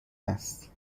است